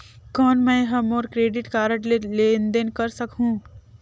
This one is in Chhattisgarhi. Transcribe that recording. कौन मैं ह मोर क्रेडिट कारड ले लेनदेन कर सकहुं?